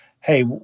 hey